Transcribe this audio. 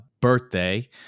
birthday